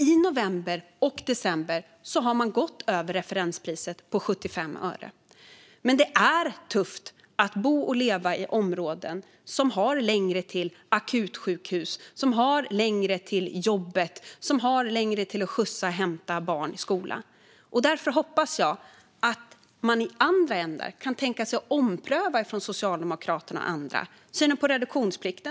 I november och december har man gått över referenspriset på 75 öre. Det är tufft att bo och leva i områden som har längre till akutsjukhus, jobbet och till att skjutsa och hämta barn till och från skola. Därför hoppas jag att man i andra ändar kan tänka sig att ompröva från Socialdemokraterna och andra. Det gäller synen på reduktionsplikten.